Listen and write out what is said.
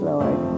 Lord